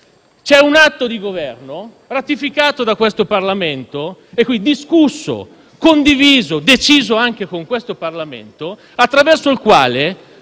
è un atto di governo ratificato da questo Parlamento (qui discusso, condiviso e deciso anche con questo Parlamento), attraverso il quale